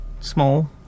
Small